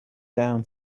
down